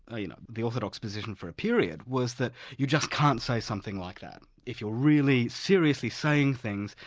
ah you know, the orthodox position for a period was that you just can't say something like that. if you're really seriously saying things,